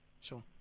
sure